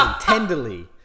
tenderly